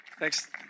Thanks